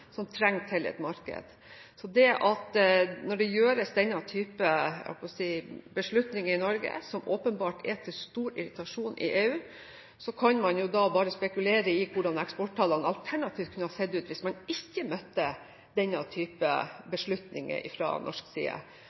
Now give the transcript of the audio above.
som trenger et marked. Når det fattes denne typen beslutninger i Norge, som åpenbart er til stor irritasjon i EU, kan man jo bare spekulere i hvordan eksporttallene alternativt hadde sett ut hvis man ikke imøtegikk denne typen beslutninger fra norsk side.